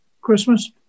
Christmas